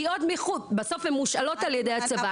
בסוף הן מושאלות על ידי הצבא.